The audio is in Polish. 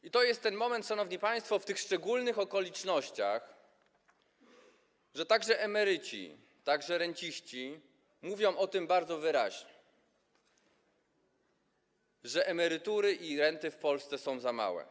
I to jest ten moment, szanowni państwo, żeby w tych szczególnych okolicznościach powiedzieć - także emeryci, także renciści mówią o tym bardzo wyraźnie - że emerytury i renty w Polsce są za małe.